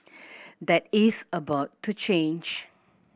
that is about to change